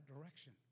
direction